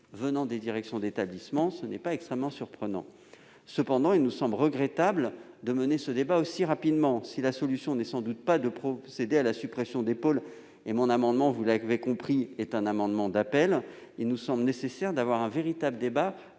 part des directions d'établissement, ce n'est pas extrêmement surprenant ... Cependant, il nous semble regrettable de mener ce débat aussi rapidement. Si la solution n'est sans doute pas de procéder à la suppression des pôles- vous l'aurez compris, mes chers collègues, je présente un amendement d'appel -, il nous semble nécessaire d'avoir un véritable débat quant